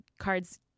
cards